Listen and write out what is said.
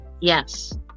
Yes